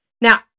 Now